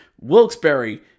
Wilkes-Barre